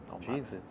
Jesus